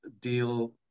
deal